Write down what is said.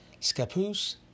scapoose